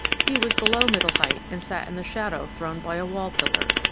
he was below middle height and sat in the shadow thrown by a wall pillar.